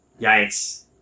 Yikes